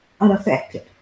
unaffected